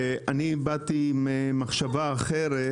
ובאתי עם מחשבה אחרת.